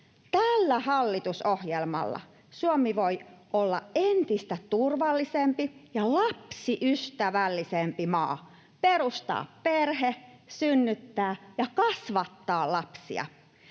Tällä hallitusohjelmalla Suomi voi olla entistä turvallisempi ja lapsiystävällisempi maa perustaa perhe, synnyttää ja kasvattaa lapsia.